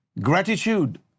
Gratitude